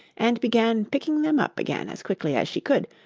and began picking them up again as quickly as she could,